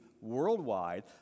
worldwide